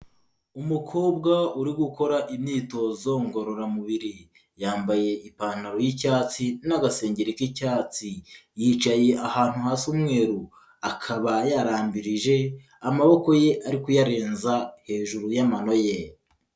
Umukobwa uri gukora imyitozo ngororamubiri, yambaye ipantaro y'icyatsi, n'agasengeri k'icyatsi, yicaye ahantu hasa umweru, akaba yarambirije, amaboko ye ari kuyarenza hejuru y'amano ye.